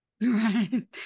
Right